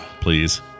Please